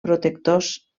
protectors